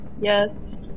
yes